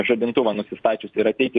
žadintuvą nusistačius ir ateit į